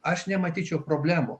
aš nematyčiau problemų